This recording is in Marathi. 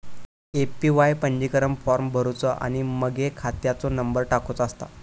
ए.पी.वाय पंजीकरण फॉर्म भरुचो आणि मगे खात्याचो नंबर टाकुचो असता